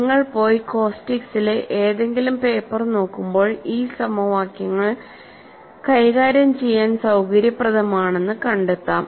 നിങ്ങൾ പോയി കോസ്റ്റിക്സിലെ ഏതെങ്കിലും പേപ്പർ നോക്കുമ്പോൾ ഈ സമവാക്യങ്ങൾ കൈകാര്യം ചെയ്യാൻ സൌകര്യപ്രദമാണെന്ന് കണ്ടെത്താം